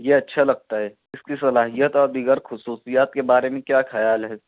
یہ اچھا لگتا ہے اس کی صلاحیت اور دیگر خصوصیت کے بارے میں کیا خیال ہے